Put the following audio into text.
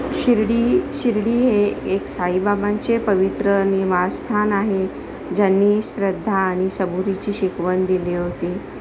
शिर्डी शिर्डी हे एक साईबाबांचे पवित्र निवासस्थान आहे ज्यांनी श्रद्धा आणि सबुरीची शिकवण दिली होती